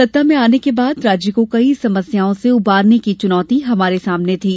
सत्ता में आने के बाद राज्य को कई समस्याओं से उबारने की चुनौती हमारे सामने थी